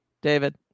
David